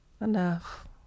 enough